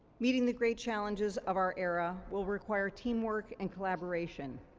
meeting the great challenges of our era will require teamwork and collaboration.